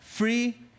Free